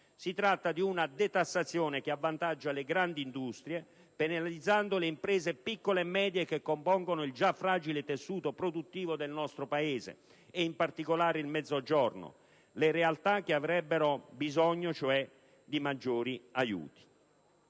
Si tratta di una detassazione che avvantaggia le grandi industrie penalizzando le imprese piccole e medie che compongono il già fragile tessuto produttivo del nostro Paese e in particolare il Mezzogiorno, le realtà che avrebbero bisogno di maggiori aiuti.